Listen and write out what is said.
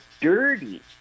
dirty